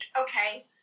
Okay